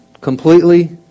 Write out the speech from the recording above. Completely